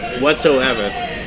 whatsoever